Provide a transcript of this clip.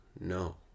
no